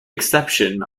exception